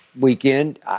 weekend